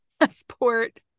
passport